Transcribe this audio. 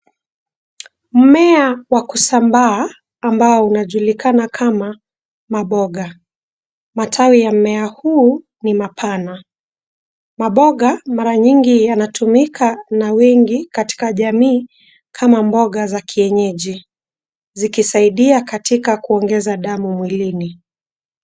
Mmea wa kusambaa ambao unajulikana kama maboga. Matawi ya mmea huu ni mapana. Maboga mara nyingi yanatumika na wengi katika jamii kama mboga za kienyeji zikisaidia katika kuongeza damu mwilini.